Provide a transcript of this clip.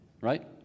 right